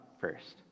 first